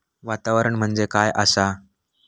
वातावरण म्हणजे काय आसा?